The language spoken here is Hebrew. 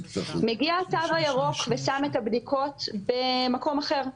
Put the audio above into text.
מגיע התו הירוק ושם את הבדיקות במקום אחר.